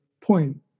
point